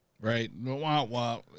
right